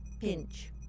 pinch